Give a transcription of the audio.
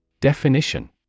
Definition